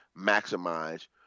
maximize